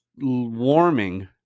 warming